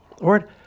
Lord